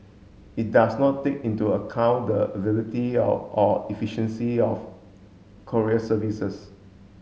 it does not take into account the availability or or efficiency of courier services